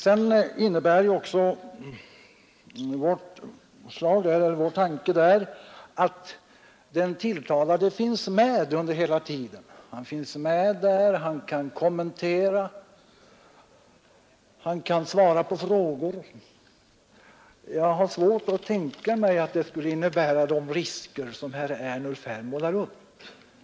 Sedan innebär vårt förslag också att den tilltalade är med hela tiden, så att han kan kommentera, svara på frågor osv. Jag har svårt att tänka mig att det skulle innebära sådana risker som herr Ernulf här utmålade.